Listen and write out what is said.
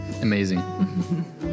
Amazing